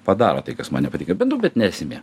padaro tai kas man nepatinka nu bet ne esmė